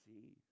see